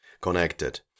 connected